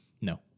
No